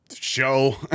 Show